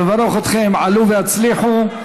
מברך אתכם, עלו והצליחו.